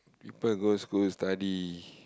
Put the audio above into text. first go school study